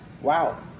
Wow